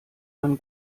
man